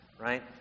right